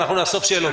אנחנו נאסוף שאלות.